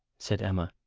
said emma.